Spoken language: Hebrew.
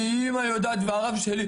אמא יודעת והרב שלי,